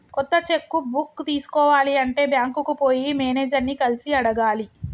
కొత్త cheque book తీసుకోవాలి అంటే బ్యాంకుకు పోయి మేనేజర్ ని కలిసి అడగాలి